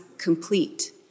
complete